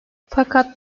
fakat